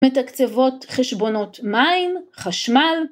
‫מתקצבות חשבונות מים, חשמל.